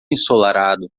ensolarado